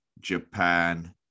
japan